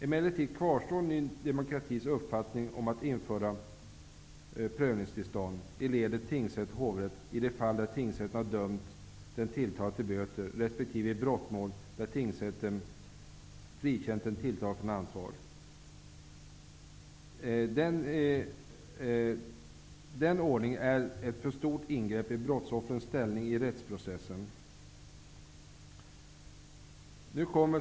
Emellertid kvarstår Ny demokratis uppfattning att införande av prövningstillstånd i ledet tingsrätt--hovrätt, i de fall där tingsrätten har dömt den tilltalade till böter resp. i brottmål där tingsrätten frikänt den tilltalade från ansvar, är ett för stort ingrepp i brottsoffrens ställning i rättsprocessen.